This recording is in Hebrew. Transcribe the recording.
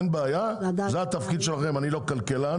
זה התפקיד שלכם אני לא כלכלן